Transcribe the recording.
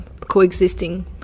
coexisting